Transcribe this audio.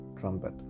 trumpet